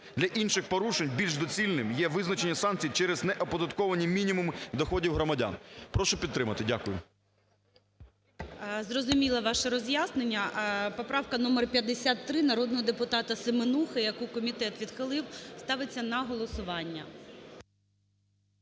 Для інших порушень більш доцільним є визначення санкцій через неоподатковані мінімуми доходів громадян. Прошу підтримати. Дякую. ГОЛОВУЮЧИЙ. Зрозуміла ваше роз'яснення. Поправка номер 53 народного депутата Семенухи, яку комітет відхилив, ставиться на голосування.